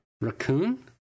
Raccoon